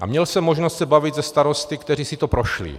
A měl jsem možnost se bavit se starosty, kteří si to prošli.